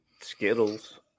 Skittles